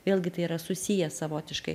vėlgi tai yra susiję savotiškai